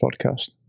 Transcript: podcast